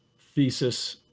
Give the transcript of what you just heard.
thesis,